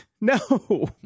No